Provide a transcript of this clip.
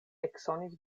eksonis